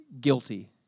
Guilty